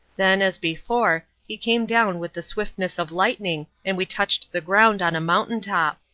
then, as before, he came down with the swiftness of lightning, and we touched the ground on a mountain top.